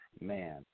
man